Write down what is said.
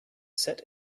set